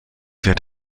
wird